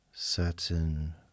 Certain